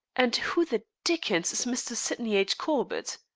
and who the dickens is mr. sydney h. corbett?